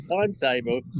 timetable